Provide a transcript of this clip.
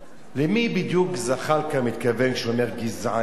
למי בדיוק זחאלקה מתכוון כשהוא אומר: גזענים,